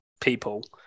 people